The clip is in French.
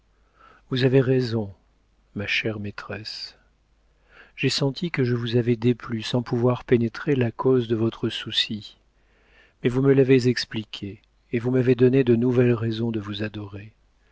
vous avez raison ma chère maîtresse j'ai senti que je vous avais déplu sans pouvoir pénétrer la cause de votre souci mais vous me l'avez expliquée et vous m'avez donné de nouvelles raisons de vous adorer